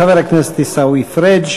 חבר הכנסת עיסאווי פריג',